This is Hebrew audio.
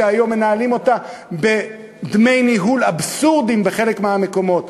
שהיום מנהלים אותה בדמי ניהול אבסורדיים בחלק מהמקומות,